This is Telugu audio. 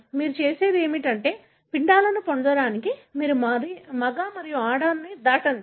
మీరు చేసేది ఏమిటంటే పిండాలను పొందడానికి మీరు మగ మరియు ఆడని దాటండి